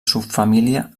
subfamília